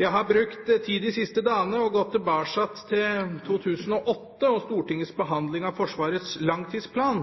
Jeg har brukt tid de siste dagene på å gå tilbake til 2008 og se på Stortingets behandling av Forsvarets langtidsplan.